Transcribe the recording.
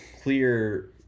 clear